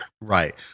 Right